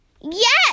Yes